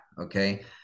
Okay